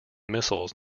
missiles